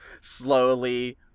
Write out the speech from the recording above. slowly